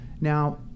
Now